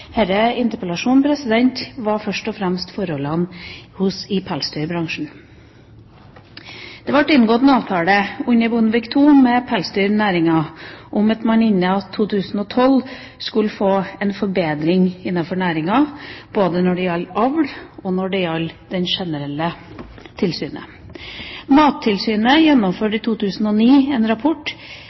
denne interpellasjonen, var først og fremst forholdene i pelsdyrbransjen. Det ble inngått en avtale med pelsdyrnæringa under Bondevik II-regjeringa om at man innen 2012 skulle få en forbedring innenfor næringa, både når det gjaldt avl, og når det gjaldt det generelle tilsynet. Mattilsynet kom i 2009 med en rapport,